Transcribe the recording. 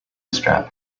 strap